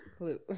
clue